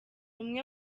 umwe